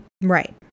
Right